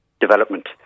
development